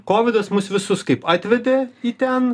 kovidas mus visus kaip atvedė į ten